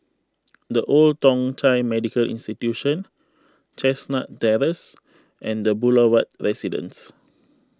the Old Thong Chai Medical Institution Chestnut Terrace and the Boulevard Residence